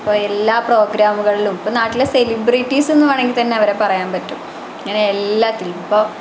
ഇപ്പോൾ എല്ലാ പ്രോഗ്രാമുകളിലും ഇപ്പം നാട്ടിലെ സെലിബ്രേറ്റീസെന്നു വേണമെങ്കിൽത്തന്നെ അവരെ പറയാൻ പറ്റും അങ്ങനെ എല്ലാറ്റിലും ഇപ്പോൾ